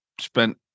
spent